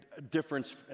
difference